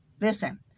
Listen